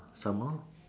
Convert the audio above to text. some more